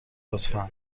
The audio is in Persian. لطفا